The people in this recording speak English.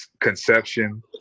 Conception